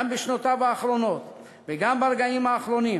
גם בשנותיו האחרונות וגם ברגעים האחרונים